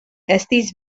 estis